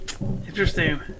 Interesting